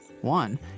One